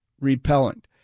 repellent